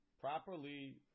properly